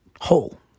whole